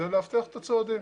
זה לאבטח את הצועדים.